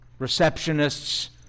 receptionists